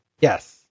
Yes